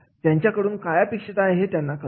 त्यांच्याकडून काय अपेक्षित आहे हे त्यांना कळेल